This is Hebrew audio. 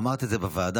אמרת את זה בוועדה.